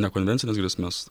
nekonvencines grėsmes